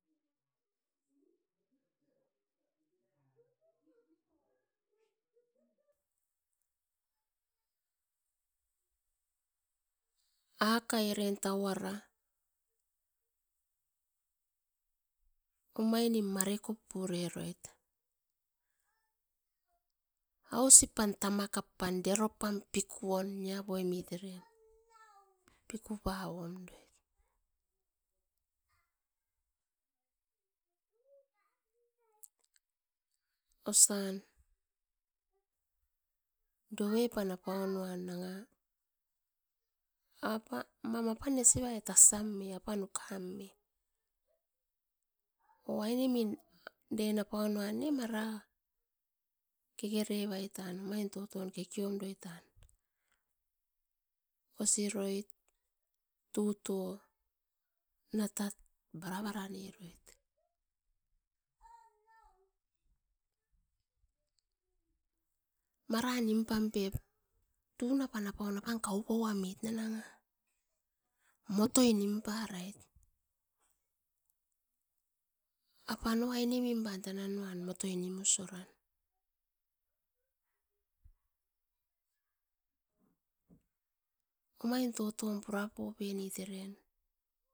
Akai eren taura umainim marekoppireroit, ausipan tamakappam deropam pikuon niapomit eren pikupawomdoit. Osian doven pan apaunuan nanga, apa mava apan nesivai tassam eh apan ukuan me oh ainemin den apaunuam ne mara kekerevairatan omain toton kekeum doitan osiroit tuto natat barabaraneroit, mara nimpampep tunapan apaun apan kaupoamit na nanga. Motoi nimparait apan or ainemipan tananuan motoi nimusoran, omain totom purapopinit eren.